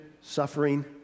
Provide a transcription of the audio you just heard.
suffering